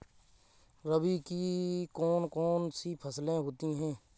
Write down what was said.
रबी की कौन कौन सी फसलें होती हैं?